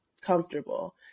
comfortable